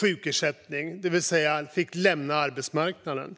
sjukersättning, det vill säga lämnade arbetsmarknaden.